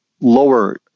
lower